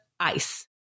ice